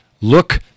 look